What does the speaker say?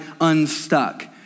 unstuck